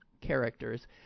characters